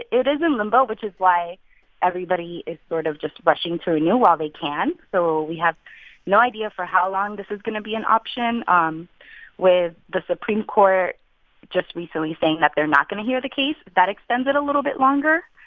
it it is in limbo, which is why everybody is sort of just rushing to renew while they can. so we have no idea for how long this is going to be an option. um with the supreme court just recently saying that they're not going to hear the case, that extends it a little bit longer.